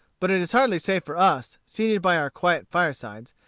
but it is hardly safe for us, seated by our quiet firesides,